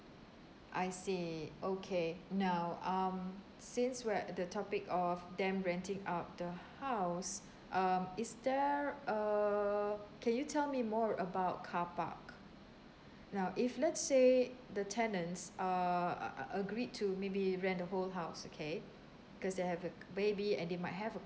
I see okay now um since we're at the topic of damn renting out the house um is there err can you tell me more about car park now if let's say the tenant's err a~ a~ agree to maybe rent the whole house okay because they have a baby and they might have a